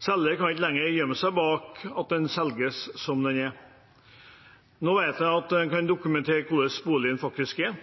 Selger kan ikke lenger gjemme seg bak at boligen selges som den er. Nå vet vi at en kan dokumentere hvordan boligen faktisk er.